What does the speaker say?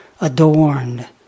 adorned